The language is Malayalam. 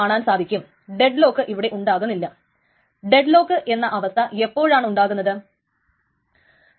അതിന്റെ ടൈംസ്റ്റാമ്പ് റീഡ് ടൈംസ്റ്റാസിനേക്കാൾ ചെറുതാണ് എന്ന് കരുതുക